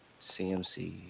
CMC